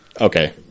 Okay